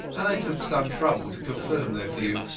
and i took some trouble to confirm their view.